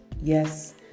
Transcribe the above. Yes